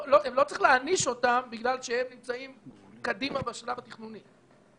לא צריך להעניש אותם בגלל שהם נמצאים קדימה בשלב התכנוני.